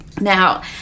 Now